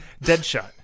Deadshot